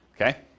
okay